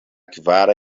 kvara